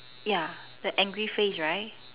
ya the angry face right